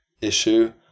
issue